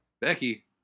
Becky